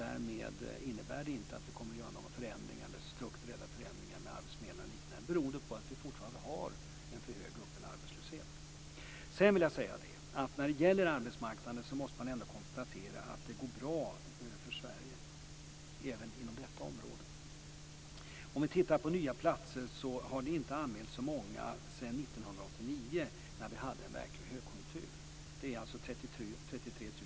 Därmed kommer vi inte att göra några förändringar, strukturella förändringar med arbetsförmedlingar och liknande, beroende på att vi fortfarande har en för hög öppen arbetslöshet. Sedan vill jag säga att när det gäller arbetsmarknaden så måste man ändå konstatera att det går bra för Sverige även inom detta område. Om vi tittar på antalet nya platser så har det inte anmälts så många sedan 1989 då vi hade en verklig högkonjunktur. I december anmäldes 33 000 platser.